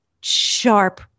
sharp